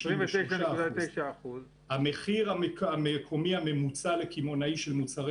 כתוב: 29.9%. המחיר המקומי הממוצע לקמעונאי של מוצרי